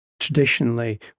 Traditionally